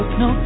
no